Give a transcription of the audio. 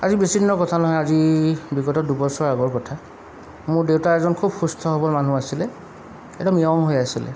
আজি বেছিদিনৰ কথা নহয় আজি বিগত দুবছৰ আগৰ কথা মোৰ দেউতা এজন খুব সুস্থ সবল মানুহ আছিলে একদম নিয়ম হৈ আছিলে